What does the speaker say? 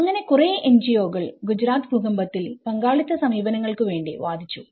അങ്ങനെ കുറേ NGO കൾ ഗുജറാത്ത് ഭൂകമ്പത്തിൽ പങ്കാളിത്ത സമീപനങ്ങൾക്ക് വേണ്ടി വാദിച്ചു